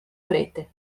prete